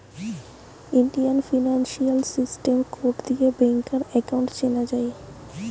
Indian financial system code দিয়ে ব্যাংকার account চেনা যায়